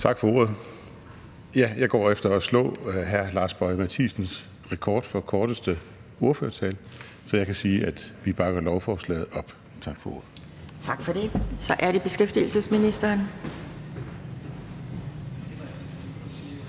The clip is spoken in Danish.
Tak for ordet. Jeg går efter at slå hr. Lars Boje Mathiesens rekord for korteste ordførertale. Så jeg kan sige, at vi bakker lovforslaget op. Tak for ordet. Kl. 12:07 Anden næstformand